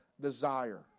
desire